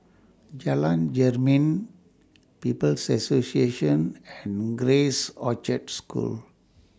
Jalan Jermin People's Association and Grace Orchard School